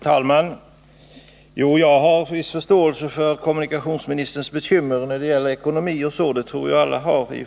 Herr talman! Jag har viss förståelse för kommunikationsministerns bekymmer när det gäller ekonomi, och det tror jag att alla har.